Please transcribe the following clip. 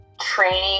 training